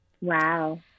wow